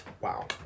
Wow